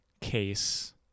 case